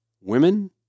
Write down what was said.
women